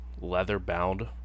leather-bound